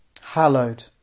Hallowed